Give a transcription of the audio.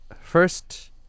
first